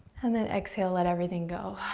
and then exhale, let everything go.